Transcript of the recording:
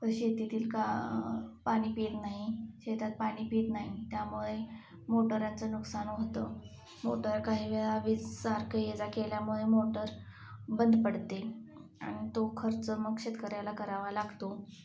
शेतीतील का पाणी भी येत नाही शेतात पाणी भी येत नाही त्यामुळे मोटारचं नुकसान होतं मोटर काही वेळा वीज सारखं ये जा केल्यामुळे मोटर बंद पडते आणि तो खर्च मग शेतकऱ्याला करावा लागताे